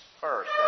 first